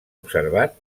observat